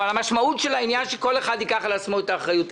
אבל המשמעות של העניין שכל אחד ייקח על עצמו את האחריות.